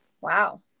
Wow